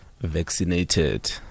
vaccinated